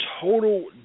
total